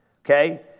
okay